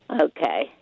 Okay